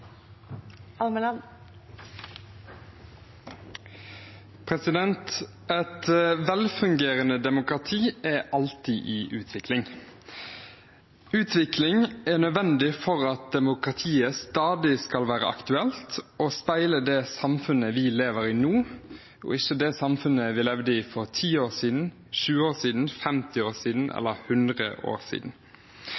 demokrati er alltid i utvikling. Utvikling er nødvendig for at demokratiet stadig skal være aktuelt og speile det samfunnet vi lever i nå, og ikke det samfunnet vi levde i for 10, 20, 50 eller 100 år